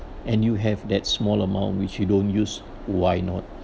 and you have that small amount which you don't use why not